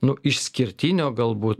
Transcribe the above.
nu išskirtinio galbūt